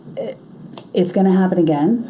it's going to happen again.